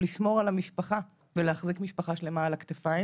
לשמור על המשפחה ולהחזיק משפחה שלמה על הכתפיים,